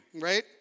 right